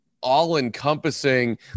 all-encompassing